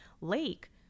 lake